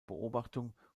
beobachtung